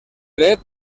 dret